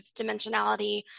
dimensionality